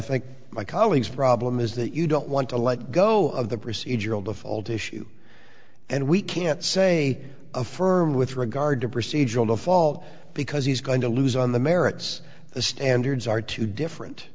think my colleagues problem is that you don't want to let go of the procedural default issue and we can't say affirm with regard to procedural default because he's going to lose on the merits the standards are too different